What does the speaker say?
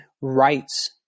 rights